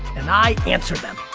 and i answer them.